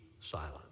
silent